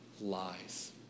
lies